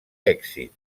èxit